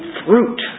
fruit